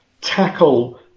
tackle